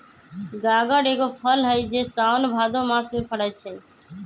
गागर एगो फल हइ जे साओन भादो मास में फरै छै